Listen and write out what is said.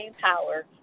power